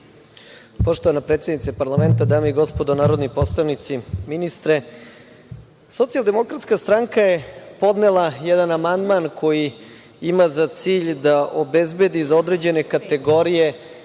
Poštovana predsednice parlamenta, dame i gospodo narodni poslanici, ministre, Socijaldemokratska stranka je podnela jedan amandman koji ima za cilj da obezbedi za određene kategorije